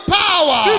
power